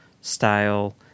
style